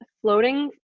floating